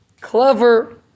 clever